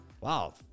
Wow